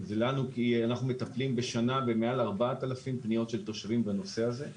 אנחנו מטפלים בשנה ביותר מ-4,000 פניות של תושבים בנושא הזה.